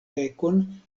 bekon